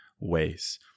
ways